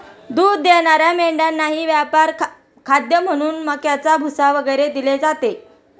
दूध देणाऱ्या मेंढ्यांनाही व्यापारी खाद्य म्हणून मक्याचा भुसा वगैरे दिले जाते